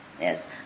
Yes